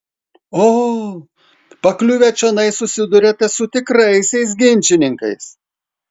o pakliuvę čionai susiduriate su tikraisiais ginčininkais